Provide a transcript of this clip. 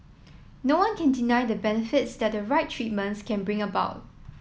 no one can deny the benefits that the right treatments can bring about